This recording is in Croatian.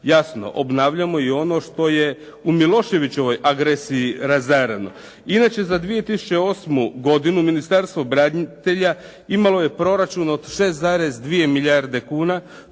Jasno, obnavljamo i ono što je u Miloševićevoj agresiji razarana. Inače za 2008. godinu Ministarstvo branitelja imalo je proračun od 6,2 milijarde kuna.